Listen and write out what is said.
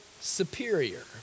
superior